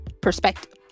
perspective